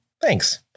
Thanks